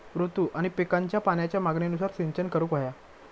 ऋतू आणि पिकांच्या पाण्याच्या मागणीनुसार सिंचन करूक व्हया